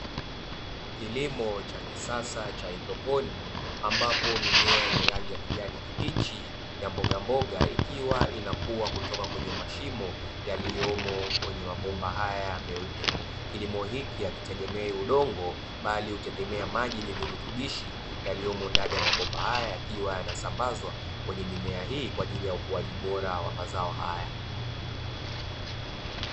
Kilimo cha kisasa cha haidroponi ambapo mimea yenye rangi ya kijani kibichi ya mboga mboga ikiwa inakua kutoka kwenye mashimo yaliyomo kwenye mabomba haya meupe. Kilimo hiki hakitegemei udongo bali hutegemea maji yenye virutubishi yaliyomo ndani ya mabomba haya yakiwa yanasambazwa kwenye mimea hii kwa ajili ya ukuaji bora wa mazao haya.